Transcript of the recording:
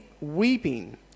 weeping